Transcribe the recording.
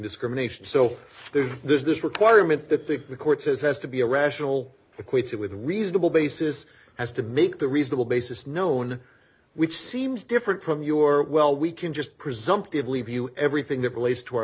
discrimination so there's there's this requirement that the the court says has to be a rational equates it with reasonable basis has to make the reasonable basis known which seems different from your well we can just presumptively view everything that relates to our